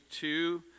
two